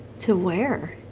to where?